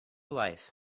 life